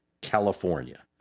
california